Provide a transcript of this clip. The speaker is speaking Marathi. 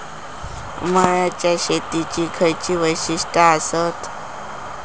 मळ्याच्या शेतीची खयची वैशिष्ठ आसत?